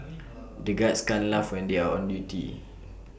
the guards can't laugh when they are on duty